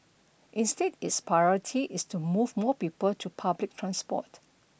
instead its priority is to move more people to public transport